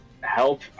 Help